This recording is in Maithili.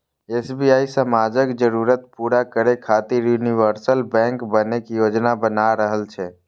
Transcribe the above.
एस.बी.आई समाजक जरूरत पूरा करै खातिर यूनिवर्सल बैंक बनै के योजना बना रहल छै